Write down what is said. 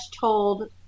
told